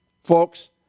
Folks